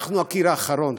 אנחנו הקיר האחרון,